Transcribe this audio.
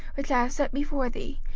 which i have set before thee,